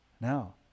now